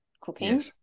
cooking